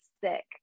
sick